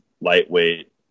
lightweight